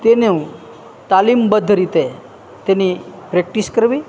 તેની તાલીમબદ્ધ રીતે તેની પ્રેક્ટિસ કરવી